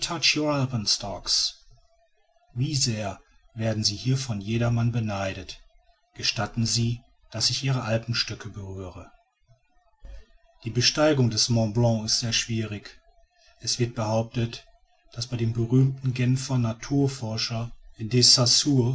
wie sehr werden sie hier von jedermann beneidet gestatten sie daß ich ihre alpenstöcke berühre die besteigung des mont blanc ist sehr schwierig es wird behauptet daß bei dem berühmten genfer naturforscher